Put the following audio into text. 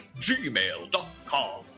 gmail.com